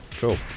cool